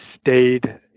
stayed